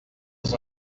els